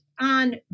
on